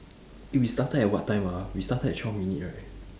eh we started at what time ah we started at twelve minute right